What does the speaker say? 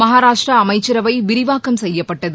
மகாராஷ்டிரா அமைச்சரவை விரிவாக்கம் செய்யபட்டது